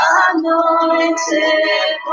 anointed